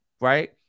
right